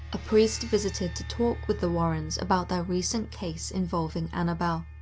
a priest visited to talk with the warrens about their recent case involving annabelle.